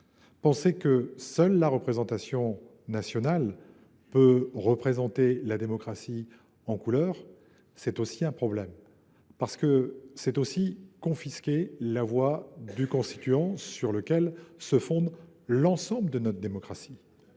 penser que seule la représentation nationale peut représenter la démocratie en couleurs, c’est aussi un problème ! Ce serait confisquer la voix du constituant, sur lequel se fonde l’ensemble de notre démocratie.